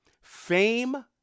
Fame